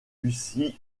bussy